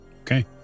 Okay